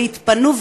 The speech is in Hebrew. ויתפנו,